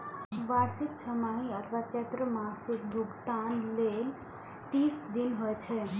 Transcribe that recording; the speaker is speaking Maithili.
वार्षिक, छमाही अथवा त्रैमासिक भुगतान लेल तीस दिन होइ छै